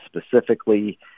specifically